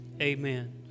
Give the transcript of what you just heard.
Amen